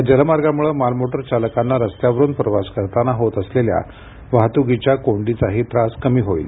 या जलमार्गामुळे मालमोटार चालकांना रस्त्यावरून प्रवास करताना होत असलेल्या वाहतुकीच्या कोंडीचाही त्रास कमी होईल